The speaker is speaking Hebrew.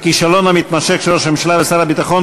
הכישלון המתמשך של ראש הממשלה ושר הביטחון